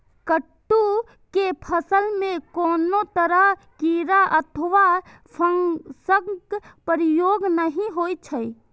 कट्टू के फसल मे कोनो तरह कीड़ा अथवा फंगसक प्रकोप नहि होइ छै